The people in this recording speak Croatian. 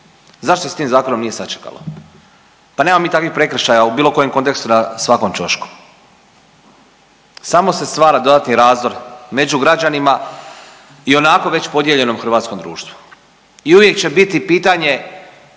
zašto se s tim zakonom nije sačekalo? Pa nemamo mi takvih prekršaja u bilo kojem kontekstu na svakom ćošku. Samo se stvara dodatni razdor među građanima i ionako već podijeljenom hrvatskom društvu i uvijek će biti pitanje